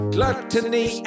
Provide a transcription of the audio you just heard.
Gluttony